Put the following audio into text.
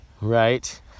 Right